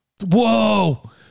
whoa